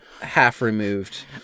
half-removed